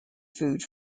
food